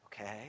Okay